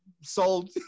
sold